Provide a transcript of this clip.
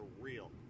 real